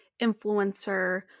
influencer